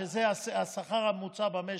שזה השכר הממוצע במשק,